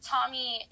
Tommy